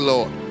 Lord